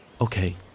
Okay